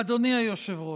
אדוני היושב-ראש,